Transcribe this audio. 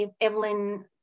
Evelyn